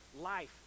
life